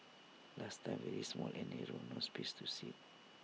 last time very small and narrow no space to sit